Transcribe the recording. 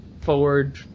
forward